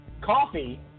Coffee